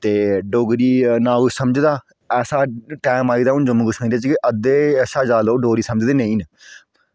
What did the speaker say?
ते डोगरी ना कोई समझदा ऐसा टाईम आई गेदा जम्मू कश्मीर च अद्धे लोग डोगरी नेईं समझदे न